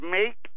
make